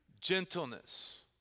gentleness